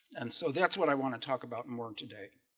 and so that's what i want to talk about more today